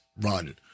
run